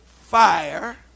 fire